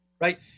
right